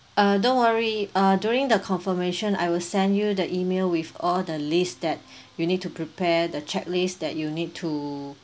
uh don't worry uh during the confirmation I will send you the email with all the list that you need to prepare the checklist that you need to